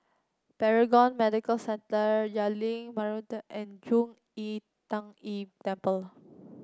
Paragon Medical Centre Jalan Bunga Rampai and Zhong Yi Tan Yi Temple